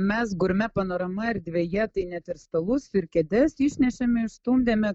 mes gurme panorama erdvėje tai net ir stalus ir kėdes išnešėme išstumdėme